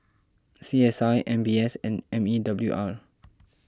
C S I M B S and M E W R